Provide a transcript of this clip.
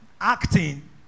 Acting